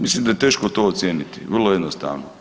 Mislim da je teško to ocijeniti, vrlo jednostavno.